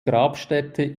grabstätte